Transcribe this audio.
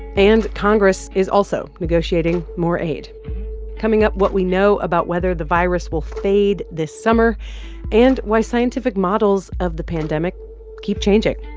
and congress is also negotiating more aid coming up, what we know about whether the virus will fade this summer and why scientific models of the pandemic keep changing.